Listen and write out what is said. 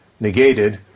negated